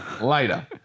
later